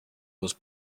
was